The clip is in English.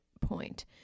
point